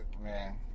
man